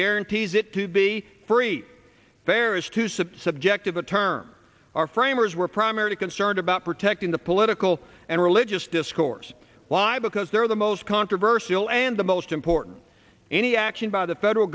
guarantees it to be free fair is too subjective a term our framers were primarily concerned about protecting the political and religious discourse why because there are the most controversial and the most important any action by the federal